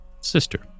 sister